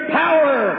power